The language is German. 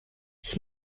ich